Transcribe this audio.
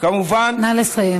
נא לסיים.